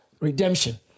redemption